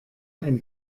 ein